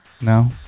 No